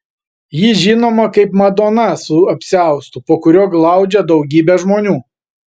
ji žinoma kaip madona su apsiaustu po kuriuo glaudžia daugybę žmonių